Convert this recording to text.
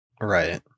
right